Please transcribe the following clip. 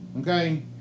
Okay